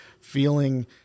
feeling